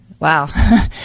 Wow